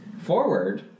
forward